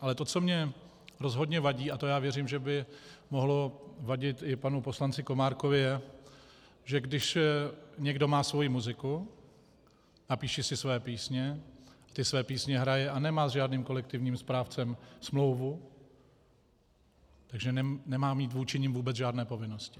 Ale to, co mně rozhodně vadí, a věřím, že by to mohlo vadit i panu poslanci Komárkovi, je, že když někdo má svoji muziku, napíše si svoje písně, svoje písně hraje a nemá s žádným kolektivním správcem smlouvu, tak že nemá mít vůči nim vůbec žádné povinnosti.